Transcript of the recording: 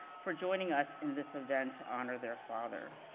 for joining us in this event to honor their father.